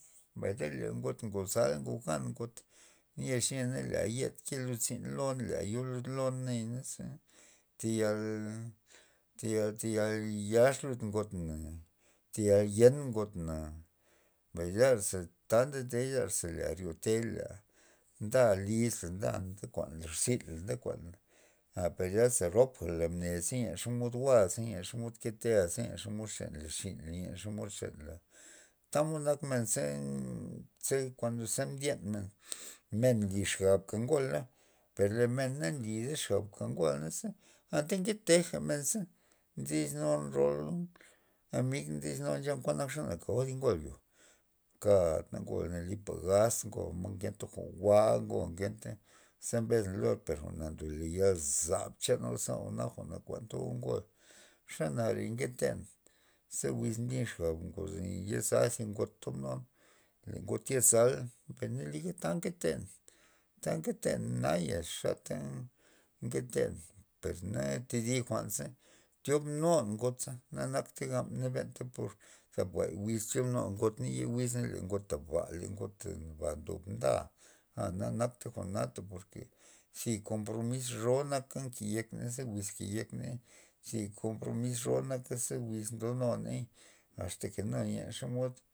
Mbay na le ngot ngoza ngok gan ngot nyexa na lu yed ke lud zyn lon lea yo lud lon mbay naza tayal- tayal- tayal yax lud ngot na tayal yen ngot na, mbay larza ta ndotey ze ryote lea nda lizla nda nde kuan la rzynla nde kuanla a per zyasa rop a mnea len xomod jwa' xomod keteaza xomod xenla xinla nea xomod xenla tamod nak men ze ze za kuando ndyen men li xab ngola per mena na lida xab ngola ka ngua naze anta nketeja menze ndodis nun rol amigna nchab naze kao thi ngol na kadna ngol lipa gaz ngoa ngenta jwa'n njwa' ngoa ze mbes lor jwa'na ndole yazab chano ze jwa'na na kuantago ngol, xe nare nketen ze wiz mblyn xab pues yoza zi ngot tuob nun le ngot yezal liga ta nketen ta nketen naya xata nketen pues thi jwa'nza tyob nu ngot za nagabta jwa'n por sap thap wiz ndob nua got na ye wiz ze le gota ba le gota ba nda ana nakta jwa'na porke thi kompromis ro naka nke yek men ze wiz keyek men zi kompromis ro naka ze wiz ndonuney asta len xomod.